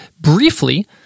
briefly